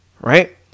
Right